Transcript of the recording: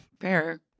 Fair